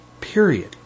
Period